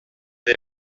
des